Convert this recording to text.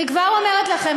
אני כבר אומרת לכם,